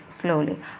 slowly